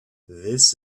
this